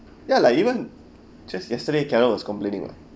ya like even just yesterday carol was complaining [what]